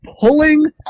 pulling